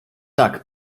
tak